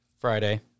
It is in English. Friday